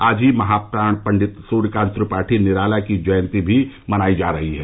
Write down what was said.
आज ही महाप्राण पण्डित सूर्यकांत त्रिपाठी निराला की जयंती भी मनायी जा रही है